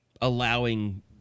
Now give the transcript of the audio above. allowing –